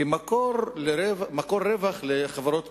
למקור רווח לחברות פרטיות.